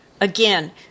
again